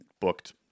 booked